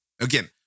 Again